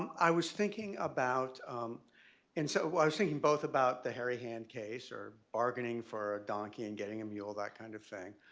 i was thinking about and so i was thinking both about the hairy hand case or bargaining for a donkey and getting a mule that kind of thing,